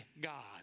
God